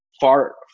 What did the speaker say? far